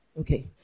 Okay